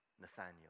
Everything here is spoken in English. Nathaniel